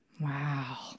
Wow